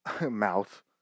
mouth